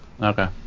Okay